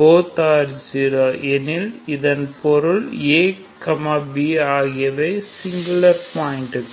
pp0 எனில் இதன் பொருள் ab ஆகியவை சிங்குலர் பாயிண்டுகள்